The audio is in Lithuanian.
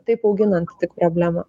taip auginant tik problemą